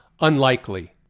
Unlikely